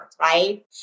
right